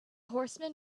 horseman